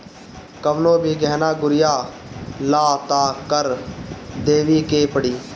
कवनो भी गहना गुरिया लअ तअ कर देवही के पड़ी